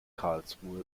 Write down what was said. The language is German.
karlsruhe